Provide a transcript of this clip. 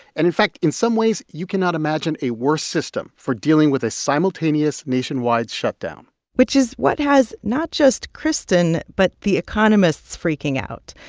and, in fact, in some ways, you cannot imagine a worse system for dealing with a simultaneous nationwide shutdown which is what has not just kristin but the economists freaking out.